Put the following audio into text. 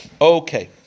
Okay